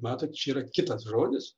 matot čia yra kitas žodis